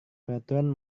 peraturan